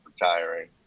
retiring